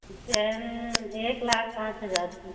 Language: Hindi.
चेन एक लाख पाँच हजार की